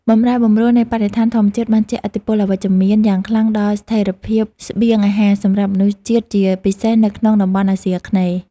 បម្រែបម្រួលនៃបរិស្ថានធម្មជាតិបានជះឥទ្ធិពលអវិជ្ជមានយ៉ាងខ្លាំងដល់ស្ថិរភាពស្បៀងអាហារសម្រាប់មនុស្សជាតិជាពិសេស នៅក្នុងតំបន់អាស៊ីអាគ្នេយ៍។